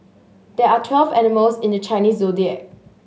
there are twelve animals in the Chinese Zodiac